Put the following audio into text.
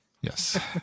Yes